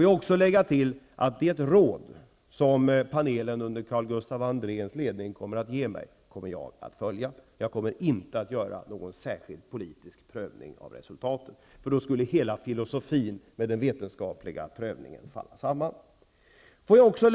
Jag vill tilläga att jag kommer att följa det råd som panelen under Carl-Gustaf Andréns ledning kommer att ge mig. Jag tänker inte göra någon särskild politisk prövning av resultatet, eftersom hela filosofin med den vetenskapliga prövningen då skulle falla samman.